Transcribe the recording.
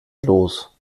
los